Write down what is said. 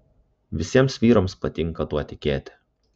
visiems vyrams patinka tuo tikėti